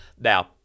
Now